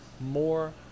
more